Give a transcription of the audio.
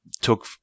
took